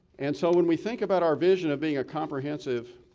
and so when we think about our vision of being a comprehensive,